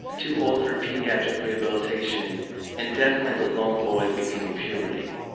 too old for pediatric rehabilitation and definitely the lone boy beginning puberty.